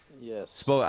Yes